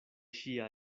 ŝia